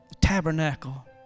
tabernacle